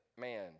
man